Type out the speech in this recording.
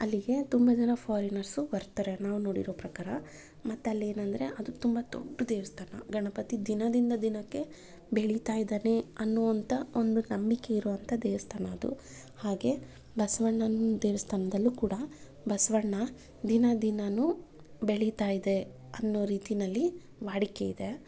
ಅಲ್ಲಿಗೆ ತುಂಬ ಜನ ಫಾರಿನರ್ಸು ಬರ್ತಾರೆ ನಾನು ನೋಡಿರೊ ಪ್ರಕಾರ ಮತ್ತೆ ಅಲ್ಲಿ ಏನಂದ್ರೆ ಅದು ತುಂಬ ದೊಡ್ಡ ದೇವಸ್ಥಾನ ಗಣಪತಿ ದಿನದಿಂದ ದಿನಕ್ಕೆ ಬೆಳೀತಾಯಿದ್ದಾನೆ ಅನ್ನೋವಂಥ ಒಂದು ನಂಬಿಕೆ ಇರೋವಂಥ ದೇವಸ್ಥಾನ ಅದು ಹಾಗೆ ಬಸವಣ್ಣನ ದೇವಸ್ಥಾನದಲ್ಲೂ ಕೂಡ ಬಸವಣ್ಣ ದಿನ ದಿನಾನೂ ಬೆಳೀತಾಯಿದೆ ಅನ್ನೊ ರೀತಿಯಲ್ಲಿ ವಾಡಿಕೆ ಇದೆ